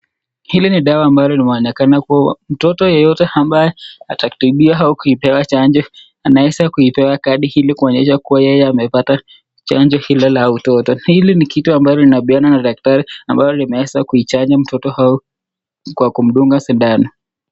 Hili ni dawa ambalo umeonekana kuwa mtoto yeyote ambaye atakaye tatibiwa au kuipea chanjo anaweza pewa kadi ilikuonyesha kuwa yeye amepata chanjo hilo la utoto, hili nikitu ambacho lina peanwa na dakitari ambalo limeweza kuicha mtoto hao kwa kumdunga shindano.